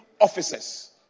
officers